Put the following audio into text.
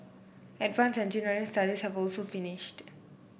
advance engineering studies have also finished